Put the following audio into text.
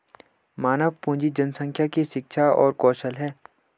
मानव पूंजी जनसंख्या की शिक्षा और कौशल है